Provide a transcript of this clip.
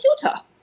computer